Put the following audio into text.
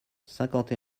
cinquante